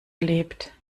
erlebt